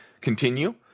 continue